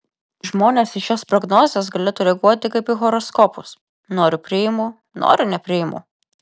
žmonės į šias prognozes galėtų reaguoti kaip į horoskopus noriu priimu noriu nepriimu